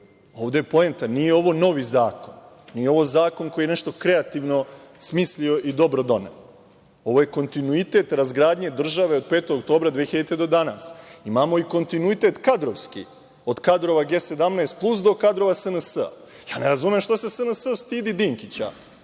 Ovde je poenta da ovo nije novi zakon, nije ovo zakon koji je nešto kreativno smislio i dobro doneo. Ovo je kontinuitet razgradnje države od 5. oktobra 2000. godine do danas. Imamo i kontinuitet kadrovski od kadrova G17 plus do kadrova SNS.Ne razumem zašto se SNS stidi Dinkića.